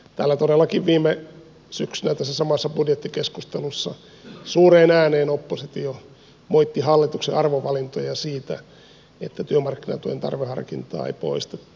täällä todellakin viime syksynä tässä samassa budjettikeskustelussa suureen ääneen oppositio moitti hallituksen arvovalintoja siitä että työmarkkinatuen tarveharkintaa ei poistettu